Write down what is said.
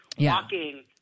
walking